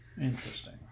Interesting